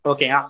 Okay